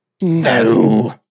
No